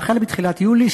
והחל בתחילת יולי,